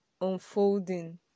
unfolding